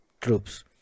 troops